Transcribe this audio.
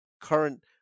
current